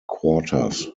quarters